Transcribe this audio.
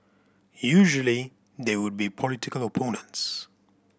usually they would be political opponents